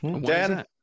Dan